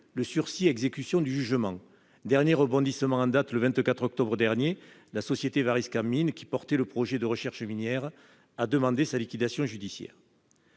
le sursis à exécution du jugement. Dernier rebondissement en date : le 24 octobre dernier, la société Variscan Mines, qui soutenait le projet de recherche minière, a demandé sa liquidation judiciaire.